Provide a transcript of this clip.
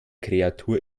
kreatur